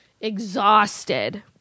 exhausted